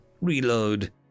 Reload